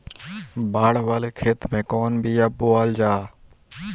बाड़ वाले खेते मे कवन बिया बोआल जा?